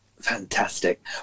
fantastic